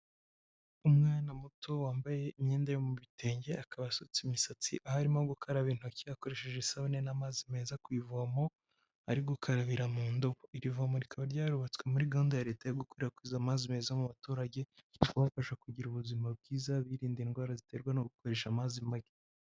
Umwana muto wambaye imyenda yo mu bitenge, akaba asutse imisatsi aho arimo gukaraba intoki akoresheje isabune n'amazi meza ku ivomo, ari gukarabira mu ndobo. Iri vomo rikaba ryarubatswe muri gahunda ya leta yo gukwirakwiza amazi meza mu baturage, ribafasha kugira ubuzima bwiza birinda indwara ziterwa no gukoresha amazi ma......